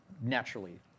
naturally